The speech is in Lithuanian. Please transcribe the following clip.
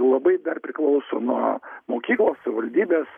labai dar priklauso nuo mokyklos savivaldybės